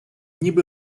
ніби